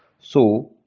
so,